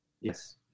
Yes